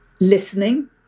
listening